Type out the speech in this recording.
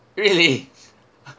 really